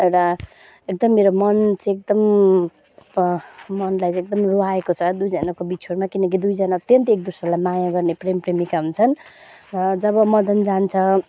एउटा एकदम मेरो मन चाहिँ एकदम मनलाई चाहिँ एकदम रुवाएको छ दुईजनाको बिछोडमा किनकि दुईजना अत्यन्तै एकदोस्रालाई माया गर्ने प्रेमी प्रेमिका हुन्छन् र जब मदन जान्छ